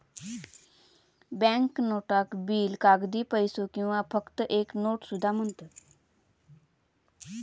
bank नोटाक bill, कागदी पैसो किंवा फक्त एक नोट सुद्धा म्हणतत